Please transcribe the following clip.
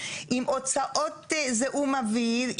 עם הוצאות זיהום אוויר,